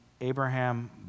Abraham